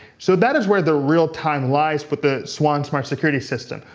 so that is where the real time lies with the swann smart security system.